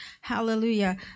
Hallelujah